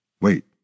Wait